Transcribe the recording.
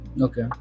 Okay